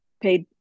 paid